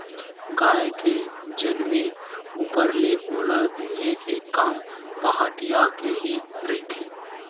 गाय के जनमे ऊपर ले ओला दूहे के काम पहाटिया के ही रहिथे